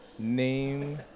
Name